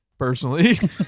Personally